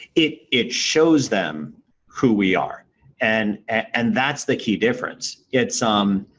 it it shows them who we are and and that's the key difference. it's um